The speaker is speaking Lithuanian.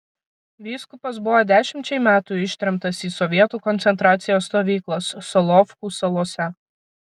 vyskupas buvo dešimčiai metų ištremtas į sovietų koncentracijos stovyklas solovkų salose